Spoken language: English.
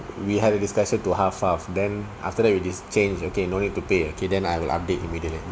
we have a discussion to half half then after that with this change okay no need to pay okay then I'll update immediately